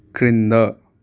క్రింద